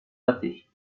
pâté